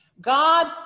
God